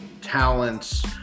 talents